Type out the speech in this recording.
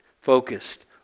focused